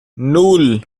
nul